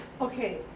Okay